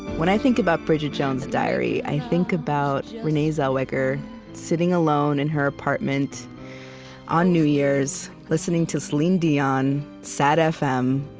when i think about bridget jones's diary, i think about renee zellweger sitting alone in her apartment on new year's, listening to celine dion sad fm.